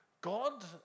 God